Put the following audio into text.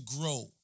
grow